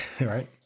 Right